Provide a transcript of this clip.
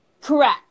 Correct